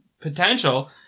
potential